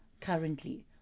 currently